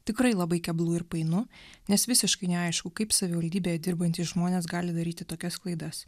tikrai labai keblu ir painu nes visiškai neaišku kaip savivaldybėje dirbantys žmonės gali daryti tokias klaidas